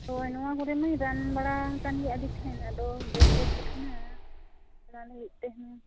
ᱦᱳᱭ ᱱᱚᱣᱟ ᱠᱚᱨᱮᱢᱟᱹᱧ ᱨᱟᱱ ᱵᱟᱲᱟ ᱟᱠᱟᱱ ᱜᱮᱭᱟ ᱟᱹᱰᱤ ᱴᱷᱮᱱ ᱟᱫᱚ ᱵᱟᱹᱧ ᱵᱮᱥ ᱟᱠᱟᱱᱟ ᱚᱱᱟ ᱞᱟᱹᱜᱤᱫᱛᱮ ᱦᱩᱱᱟᱹᱝ